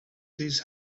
these